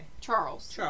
Charles